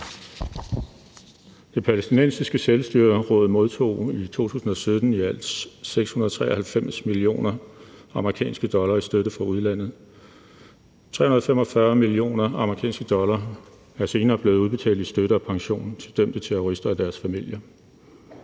Det palæstinensiske selvstyreråd modtog i 2017 i alt 693 millioner amerikanske dollar i støtte fra udlandet. 345 millioner amerikanske dollar er senere blevet udbetalt i støtte og pension til dømte terrorister og deres familier.